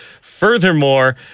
Furthermore